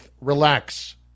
Relax